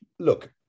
Look